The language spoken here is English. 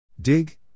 DIG